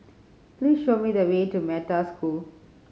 please show me the way to Metta School